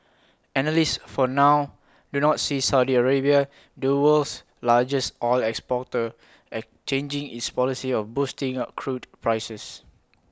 analysts for now do not see Saudi Arabia the world's largest oil exporter at changing its policy of boosting A crude prices